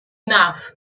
enough